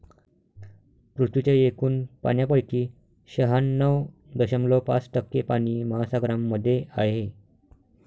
पृथ्वीच्या एकूण पाण्यापैकी शहाण्णव दशमलव पाच टक्के पाणी महासागरांमध्ये आहे